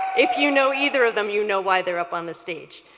if you know either of them, you know why they are up on the stage.